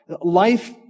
Life